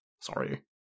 Sorry